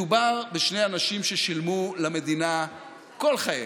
מדובר בשני אנשים ששילמו למדינה כל חייהם.